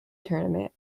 tournament